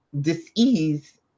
dis-ease